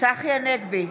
צחי הנגבי,